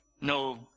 No